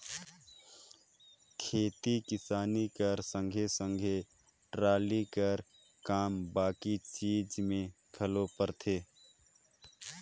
खेती किसानी कर संघे सघे टराली कर काम बाकी चीज मे घलो परथे